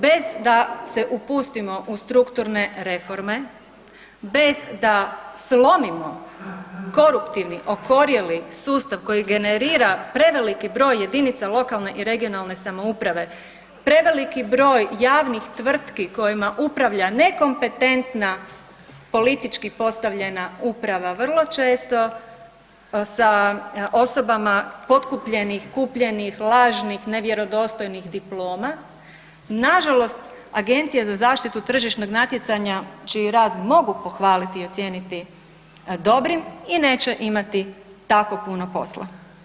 Bez da se upustimo u strukturne reforme, bez da slomimo koruptivni okorjeli sustav koji generira preveliki broj jedinica lokalne i regionalne samouprave, preveliki broj javnih tvrtki kojima upravlja nekompetentna politički postavljena uprava vrlo često sa osobama potkupljenih, kupljenih, lažnih, nevjerodostojnih diploma na žalost Agencija za zaštitu tržišnog natjecanja čiji rad mogu pohvaliti i ocijeniti dobrim i neće imati tako puno posla.